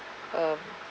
uh